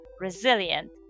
resilient